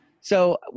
So-